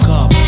up